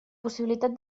possibilitat